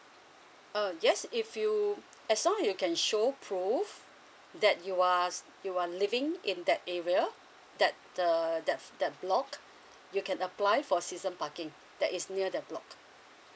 uh yes if you as long you can show prove that you are you are living in that area that the that that block you can apply for season parking that is near the block